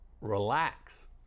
relax